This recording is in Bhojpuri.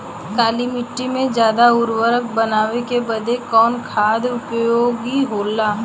काली माटी के ज्यादा उर्वरक बनावे के बदे कवन खाद उपयोगी होला?